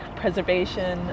preservation